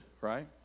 right